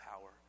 power